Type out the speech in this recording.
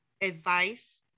advice